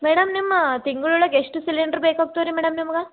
madam ನಿಮ್ಮ ತಿಂಗ್ಳೊಳಗೆ ಎಷ್ಟು ಸಿಲಿಂಡ್ರ್ ಬೇಕಾಗ್ತವ್ರಿ ಮೇಡಮ್ ನಿಮ್ಗೆ